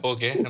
Okay